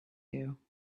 you